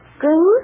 green